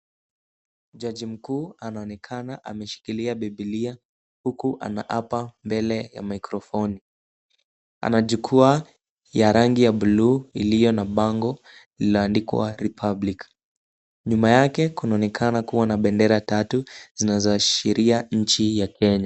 Jaji mkuu anaonekana ameshikilia bibilia huku anaapa mbele ya mikrofoni. Ana jukwaa ya rangi ya buluu iliyo na bango lililoandikwa republic . Nyuma yake kunaonekana kuwa na bendera tatu zinazoashiria nchi ya Kenya.